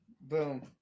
Boom